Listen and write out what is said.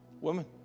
Women